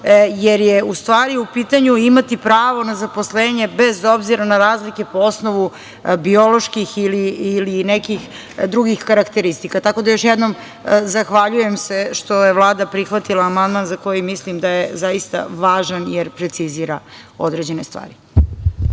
jer je u stvari u pitanju imati pravo na zaposlenje bez obzira na razlike po osnovu bioloških ili nekih drugih karakteristika. Tako da još jednom zahvaljujem se što je Vlada prihvatila amandman za koji mislim da je zaista važan, jer precizira određene stvari.